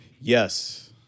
Yes